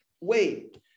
wait